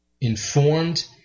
informed